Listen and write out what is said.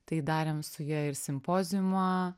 tai darėm su ja ir simpoziumą